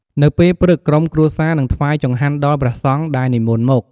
នៅពេលព្រឹក ក្រុមគ្រួសារនឹង ថ្វាយចង្ហាន់ ដល់ព្រះសង្ឃដែលនិមន្តមក។